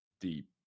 deep